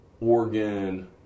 Oregon